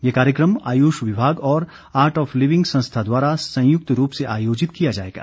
ये कार्यक्रम आयुष विभाग और आर्ट ऑफ लिविंग संस्था द्वारा संयुक्त रूप से आयोजित किया जाएगा